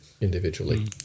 individually